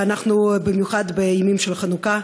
במיוחד בימים של חנוכה,